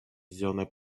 сделанное